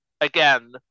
again